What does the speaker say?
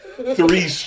Three